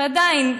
ועדיין,